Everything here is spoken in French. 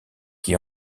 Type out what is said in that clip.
qui